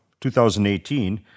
2018